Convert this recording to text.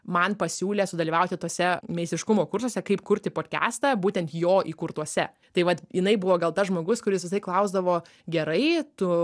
man pasiūlė sudalyvauti tuose meistriškumo kursuose kaip kurti podkestą būtent jo įkurtuose tai vat jinai buvo gal tas žmogus kuris visąlaik klausdavo gerai tu